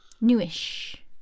newish